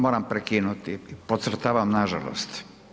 moram prekinuti, podcrtavam nažalost.